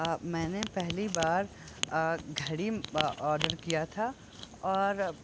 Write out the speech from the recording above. मैंने पहली बार घड़ी ऑर्डर किया था और